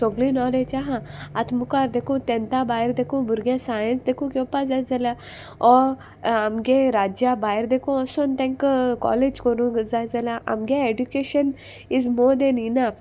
सोगली knowledge आहा आतां मुखार देखूं तेन्ता भायर देखूं भुरगे सायन्स देखूं येवपा जाय जाल्या ऑर आमगे राज्या भायर देखूं वोसोन तेंका कॉलेज करूंक जाय जाल्या आमगे एड्युकेशन इज मोदेन येना